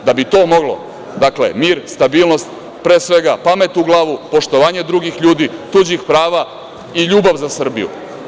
Da bi to moglo, dakle, mir, stabilnost, pre svega pamet u glavu, poštovanje drugih ljudi, tuđih prava i ljubav za Srbiju.